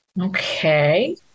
Okay